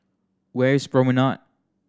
where is Promenade